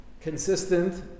consistent